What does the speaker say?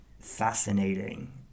fascinating